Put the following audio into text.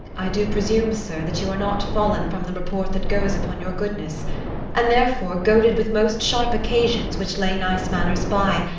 i do presume, sir, that you are not fall'n from the report that goes upon your goodness and therefore, goaded with most sharp occasions, which lay nice manners by,